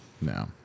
No